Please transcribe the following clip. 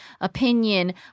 opinion